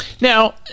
now